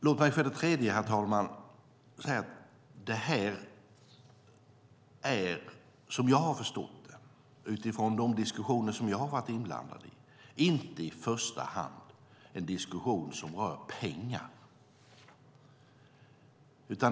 Låt mig för det tredje, herr talman, säga att såsom jag har förstått det utifrån de diskussioner som jag har varit inblandad i är det inte i första hand en diskussion som rör pengar.